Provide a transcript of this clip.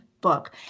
book